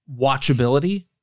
watchability